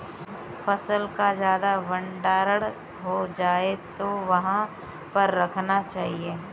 फसल का ज्यादा भंडारण हो जाए तो कहाँ पर रखना चाहिए?